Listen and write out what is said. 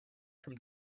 from